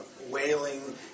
Wailing